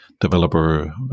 developer